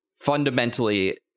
fundamentally